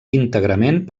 íntegrament